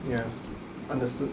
ya understood